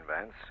Vance